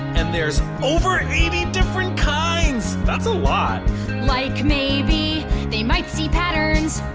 and there's over eighty different kinds. that's a lot like maybe they might see patterns.